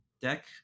deck